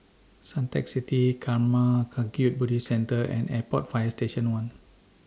Suntec City Karma Kagyud Buddhist Centre and Airport Fire Station one